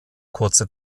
kurze